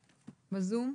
בזום.